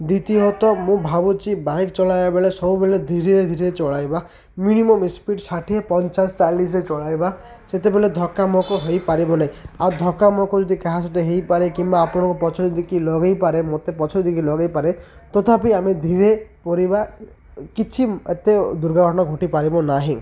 ଦ୍ୱିତୀୟତଃ ମୁଁ ଭାବୁଚି ବାଇକ୍ ଚଳାଇବା ବେଳେ ସବୁବେଳେ ଧୀରେ ଧୀରେ ଚଳାଇବା ମିନିମମ୍ ସ୍ପିଡ଼ ଷାଠିଏ ପଚାଶ ଚାଳିଶିରେ ଚଳାଇବା ସେତେବେଲେ ଧକ୍କା ମକ ହୋଇପାରିବ ନାହିଁ ଆଉ ଧକ୍କା ମକ ଯଦି କାହା ସଟେ ହୋଇପାରେ କିମ୍ବା ଆପଣଙ୍କୁ ପଛରେ ଯଦି କିିଏ ଲଗେଇପାରେ ମୋତେ ପଛରେ ଯଦି କିିଏ ଲଗେଇ ପାରେ ତଥାପି ଆମେ ଧୀରେ ପରିବା କିଛି ଏତେ ଦୁର୍ଘାଘଟଣା ଘଟି ପାରିବନାହିଁ